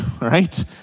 right